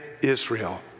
Israel